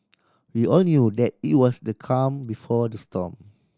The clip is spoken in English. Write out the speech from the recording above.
we all knew that it was the calm before the storm